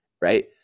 right